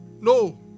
no